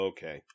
Okay